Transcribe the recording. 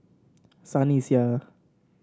Sunny Sia